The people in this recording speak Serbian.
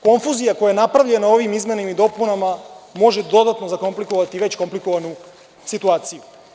Konfuzija koja je napravljena ovim izmenama i dopunama može dodatno zakomplikovati već komplikovanu situaciju.